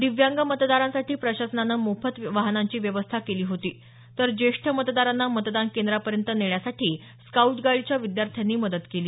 दिव्यांग मतदारांसाठी प्रशासनानं मोफत वाहनांची व्यवस्था केली होती तर ज्येष्ठ मतदारांना मतदान केंद्रापर्यंत नेण्यासाठी स्काऊट गाईर्डच्या विद्यार्थ्यांनी मदत केली